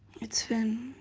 it's fin.